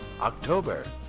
October